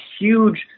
huge